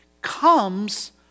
comes